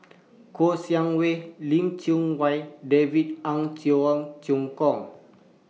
Kouo Shang Wei Lim Chee Wai David Ung Cheong Choong Kong